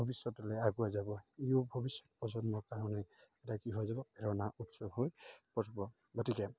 ভৱিষ্যতলৈ আগুৱাই যাব ইয়ো ভৱিষ্যত প্ৰজন্মৰ কাৰণে এটা কি হৈ যাব প্ৰেৰণাৰ উৎস হৈ পৰিব